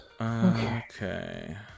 Okay